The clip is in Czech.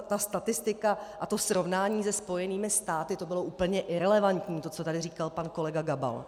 Ta statistika a srovnání se Spojenými státy, to bylo úplně irelevantní, co tady říkal pan kolega Gabal.